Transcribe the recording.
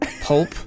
pulp